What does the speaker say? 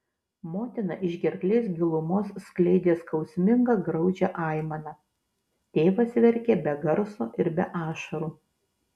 motina iš gerklės gilumos skleidė skausmingą graudžią aimaną tėvas verkė be garso ir be ašarų